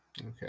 Okay